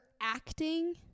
acting